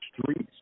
streets